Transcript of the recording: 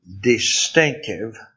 distinctive